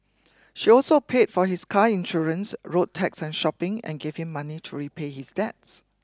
she also paid for his car insurance road tax and shopping and gave him money to repay his debts